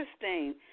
Interesting